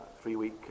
three-week